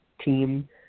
team